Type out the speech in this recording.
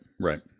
right